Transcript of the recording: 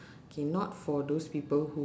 K not for those people who